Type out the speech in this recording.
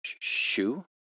shoe